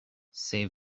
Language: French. c’est